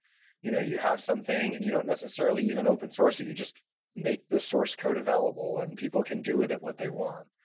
you know you have something and you don't necessarily even open source it, you just make the source code available, and people can do with it what they want.